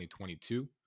2022